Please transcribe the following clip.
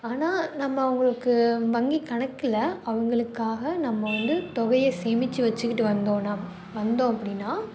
ஆனால் நம்ம அவங்களுக்கு வங்கிக் கணக்கில் அவங்களுக்காக நம்ம வந்து தொகையை சேமிச்சு வச்சுக்கிட்டு வந்தோம்னா வந்தோம் அப்படின்னா